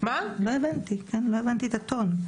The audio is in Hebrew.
לא הבנתי את הטון.